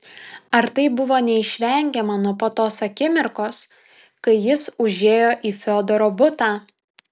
ar tai buvo neišvengiama nuo pat tos akimirkos kai jis užėjo į fiodoro butą